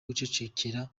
kwicecekera